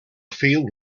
field